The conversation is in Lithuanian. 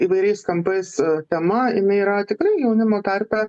įvairiais kampais tema jinai yra tikrai jaunimo tarpe